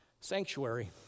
Sanctuary